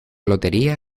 lotería